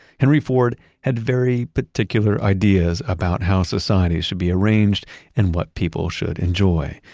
henry ford had very particular ideas about how society should be arranged and what people should enjoy.